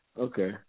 Okay